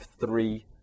three